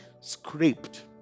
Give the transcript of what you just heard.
scraped